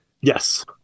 Yes